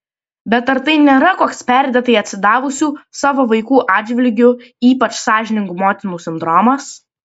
bet ar tai nėra koks perdėtai atsidavusių savo vaikų atžvilgiu ypač sąžiningų motinų sindromas